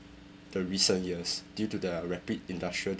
the recent years due to the rapid industrial